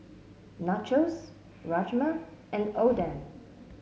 Nachos Rajma and Oden